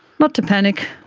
not to panic,